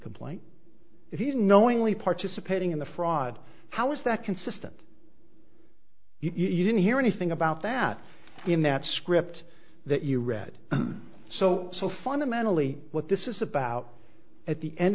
complaint if he's knowingly participating in the fraud how is that consistent you didn't hear anything about that in that script that you read so so fundamentally what this is about at the end